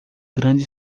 grande